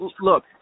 look